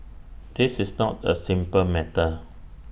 this is not A simple matter